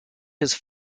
his